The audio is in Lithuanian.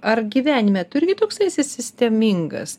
ar gyvenime tu irgi toksai esi sistemingas